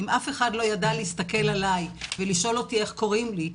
אם אף אחד לא ידע להסתכל עלי ולשאול אותי איך קוראים לי,